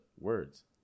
words